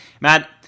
Matt